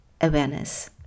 awareness